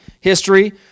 history